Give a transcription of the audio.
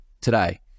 today